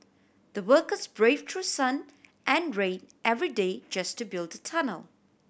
the workers braved through sun and rain every day just to build the tunnel